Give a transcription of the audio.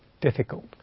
difficult